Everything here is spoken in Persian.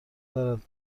دارد